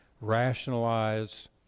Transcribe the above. rationalize